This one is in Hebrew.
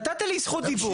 אבל נתת לי זכות דיבור.